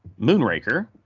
moonraker